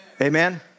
Amen